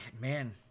man